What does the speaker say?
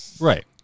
Right